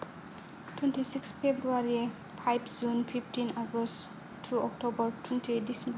twenty six February five June fifteen August two October twenty eight December